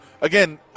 again